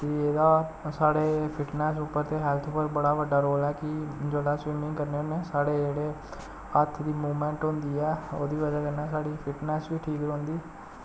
कि एह्दा साढ़े फिटनेस उप्पर ते हैल्थ उप्पर बड़ा बड्डा रोल ऐ कि जेल्लै स्विमिंग करने होन्ने साढ़े जेह्ड़े हत्थ दी मूवमैंट होंदी ऐ ओह्दी बजह् कन्नै साढ़ी फिटनेस बी ठीक रौंह्दी